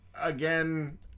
again